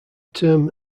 term